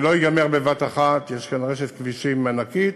זה לא ייגמר בבת-אחת, יש כאן רשת כבישים ענקית,